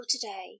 today